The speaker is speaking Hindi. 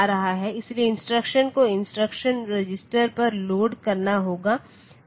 इसलिए इंस्ट्रक्शन को इंस्ट्रक्शन रजिस्टर पर लोड करना होगा